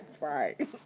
Right